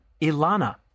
Ilana